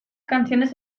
canciones